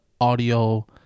audio